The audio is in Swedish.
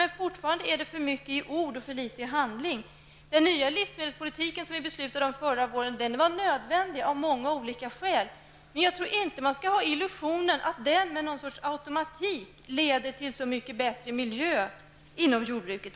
Men fortfarande är det här för mycket av ord och för litet av handling. Den nya livsmedelspolitik som vi beslutade om förra våren var nödvändig av många skäl. Men jag tror inte att man skall ha illusionen att den politiken med någon sorts automatik leder till så mycket bättre miljö inom jordbruket.